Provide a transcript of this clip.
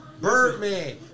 Birdman